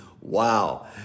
Wow